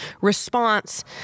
response